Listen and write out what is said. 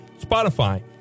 Spotify